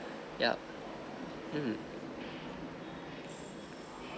yup mm